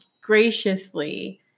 graciously